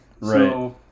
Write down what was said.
Right